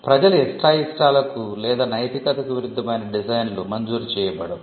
ప్రజల ఇష్టాయిష్టాలకు లేదా నైతికతకు విరుద్ధమైన డిజైన్లు మంజూరు చేయబడవు